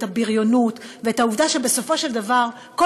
את הבריונות ואת העובדה שבסופו של דבר כל